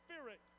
spirit